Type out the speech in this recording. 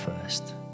first